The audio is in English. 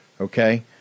Okay